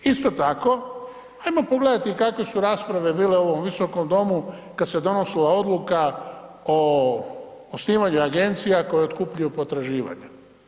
Isto tako, hajmo pogledati kakve su rasprave bile u ovom Visokom domu kad se donosila odluka o osnivanju agencija koje otkupljuju potraživanja.